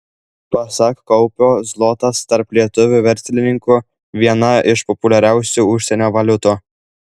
pasak kaupio zlotas tarp lietuvių verslininkų viena iš populiariausių užsienio valiutų